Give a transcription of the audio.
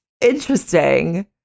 interesting